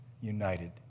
united